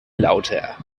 lauter